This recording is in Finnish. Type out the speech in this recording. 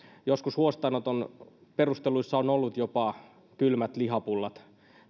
joskus huostaanoton perusteluina ovat olleet jopa kylmät lihapullat